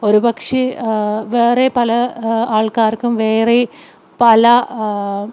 ഒരു പക്ഷേ വേറെ പല ആൾക്കാർക്കും വേറെ പല